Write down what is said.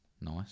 nice